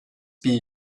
bir